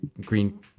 Green